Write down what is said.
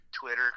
Twitter